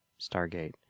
Stargate